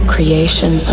Creation